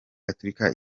gatulika